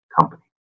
company